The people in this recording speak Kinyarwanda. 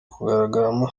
kugaragaramo